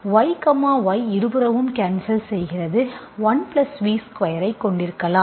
y y இருபுறமும் கான்சல்செய்கிறது 1 V ஸ்கொயர்ஐ கொண்டிருக்கலாம்